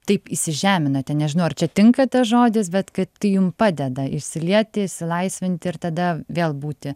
taip įsižeminate nežinau ar čia tinka tas žodis bet kad tai jum padeda išsilieti išsilaisvinti ir tada vėl būti